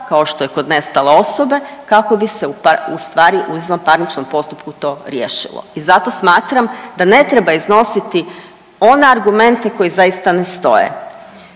kao što je kod nestale osobe kako bi se u stvari u izvanparničnom postupku to riješilo. I zato smatram da ne treba iznositi one argumente koji zaista ne stoje.